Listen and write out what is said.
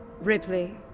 Ripley